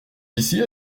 d’ici